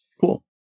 cool